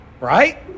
Right